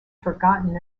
forgotten